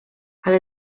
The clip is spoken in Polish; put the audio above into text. ale